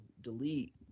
delete